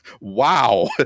wow